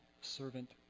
servant